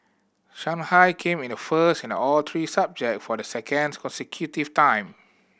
Shanghai came in first in all three subject for the second consecutive time